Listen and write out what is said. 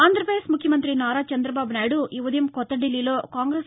ఆంధ్రపదేశ్ ముఖ్యమంతి నారా చంద్రబాబునాయుడు ఈ ఉదయం కొత్త ధిల్లీలో కాంగ్రెస్